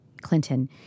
Clinton